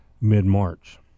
mid-March